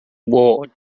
war